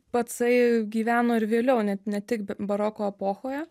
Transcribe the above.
pacai gyveno ir vėliau ne tik baroko epochoje